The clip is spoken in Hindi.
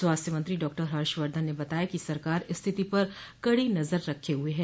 स्वास्थ्य मंत्री डॉक्टर हर्षवर्धन ने बताया कि सरकार स्थिति पर कड़ी नजर रखे हुए है